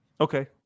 Okay